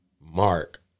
Mark